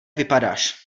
vypadáš